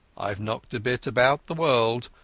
aiave knocked a bit about the world,